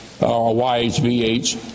Y-H-V-H